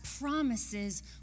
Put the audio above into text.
promises